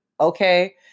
okay